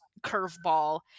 curveball